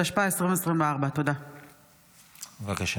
התשפ"ה